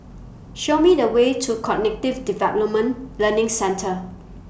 Show Me The Way to Cognitive Development Learning Centre